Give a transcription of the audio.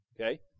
okay